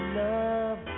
love